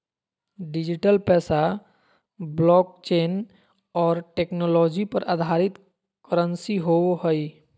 digital पैसा blockchain और technology पर आधारित करंसी होवो हइ